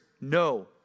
no